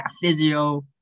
physio